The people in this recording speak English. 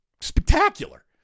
spectacular